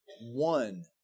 One